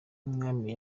y’umwami